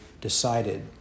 decided